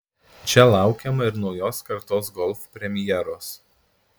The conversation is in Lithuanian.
čia laukiama ir naujos kartos golf premjeros